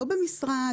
לא במשרד,